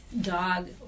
dog